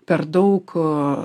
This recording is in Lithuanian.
per daug